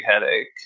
headache